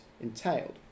entailed